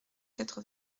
quatre